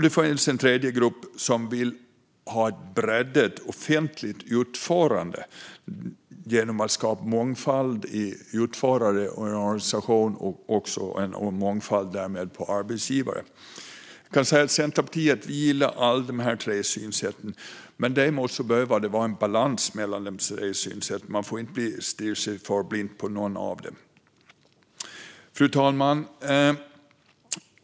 Det finns en tredje grupp som vill ha ett breddat offentligt utförande genom att skapa mångfald bland utförare och organisation och därmed också en mångfald av arbetsgivare. Jag kan säga att Centerpartiet gillar alla dessa tre synsätt. Däremot behöver det vara en balans mellan synsätten; man får inte stirra sig blind på något av dem. Fru talman!